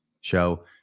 show